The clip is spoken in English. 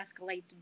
escalate